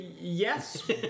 yes